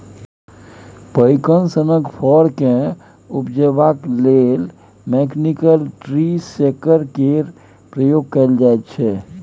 पैकन सनक फर केँ उपजेबाक लेल मैकनिकल ट्री शेकर केर प्रयोग कएल जाइत छै